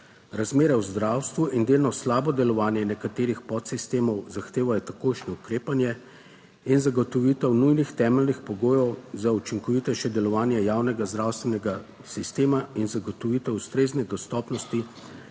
Razmere v zdravstvu in delno slabo delovanje nekaterih podsistemov zahtevajo takojšnje ukrepanje in zagotovitev nujnih temeljnih pogojev za učinkovitejše delovanje javnega zdravstvenega sistema in zagotovitev ustrezne dostopnosti